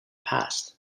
past